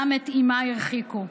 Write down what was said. גם את אימה הרחיקו,